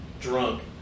drunk